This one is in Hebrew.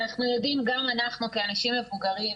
אנחנו יודעים גם אנחנו כאנשים מבוגרים,